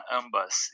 ambas